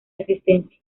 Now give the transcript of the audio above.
existencia